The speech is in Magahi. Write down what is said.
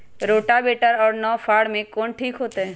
रोटावेटर और नौ फ़ार में कौन ठीक होतै?